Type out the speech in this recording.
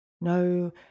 No